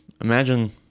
imagine